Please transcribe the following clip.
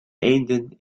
eenden